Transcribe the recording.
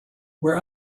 where